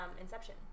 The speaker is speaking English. Inception